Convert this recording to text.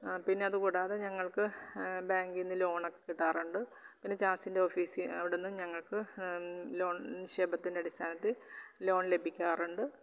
പിന്നെ അതു കൂടാതെ ഞങ്ങൾക്ക് ബാങ്കിൽ നിന്നു ലോണൊക്കെ കിട്ടാറുണ്ട് പിന്നെ ജാസിൻ്റെ ഓഫീസിൽ അവിടെ നിന്നും ഞങ്ങൾക്കു ലോൺ നിക്ഷേപത്തിൻ്റെ അടിസ്ഥാനത്തിൽ ലോൺ ലഭിക്കാറുണ്ട്